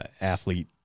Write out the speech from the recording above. athlete